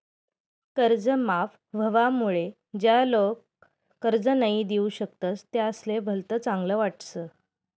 कर्ज माफ व्हवामुळे ज्या लोक कर्ज नई दिऊ शकतस त्यासले भलत चांगल वाटस